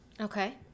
Okay